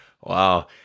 Wow